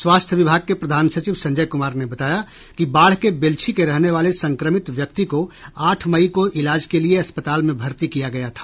स्वास्थ्य विभाग के प्रधान सचिव संजय कुमार ने बताया कि बाढ़ के बेलछी के रहने वाले संक्रमित व्यक्ति को आठ मई को इलाज के लिये अस्पताल में भर्ती किया गया था